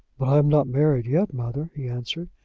but i am not married yet, mother, he answered.